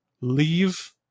leave